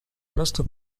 prostu